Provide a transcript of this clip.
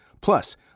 Plus